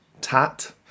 tat